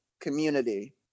community